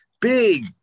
Big